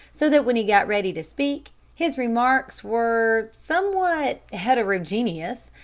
so that when he got ready to speak, his remarks were somewhat heterogeneous,